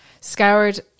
scoured